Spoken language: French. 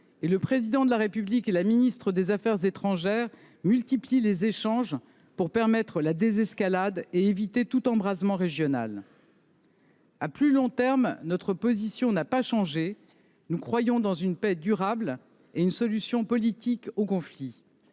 Le Président de la République et la ministre des affaires étrangères multiplient les échanges pour permettre la désescalade et éviter tout embrasement régional. Notre position à plus long terme n’a pas changé. Nous croyons en une paix durable et une solution politique au conflit